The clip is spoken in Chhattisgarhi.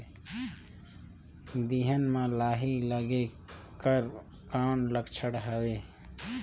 बिहान म लाही लगेक कर कौन लक्षण हवे?